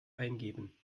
eingeben